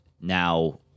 now